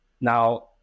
Now